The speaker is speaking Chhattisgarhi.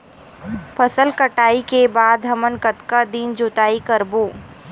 फसल कटाई के बाद हमन कतका दिन जोताई करबो?